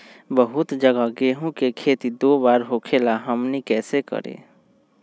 बहुत जगह गेंहू के खेती दो बार होखेला हमनी कैसे करी?